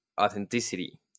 authenticity